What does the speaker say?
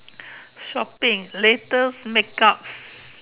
shopping latest makeup